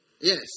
Yes